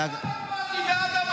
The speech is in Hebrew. אני הצבעתי בעד החוקים שלכם היום.